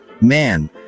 man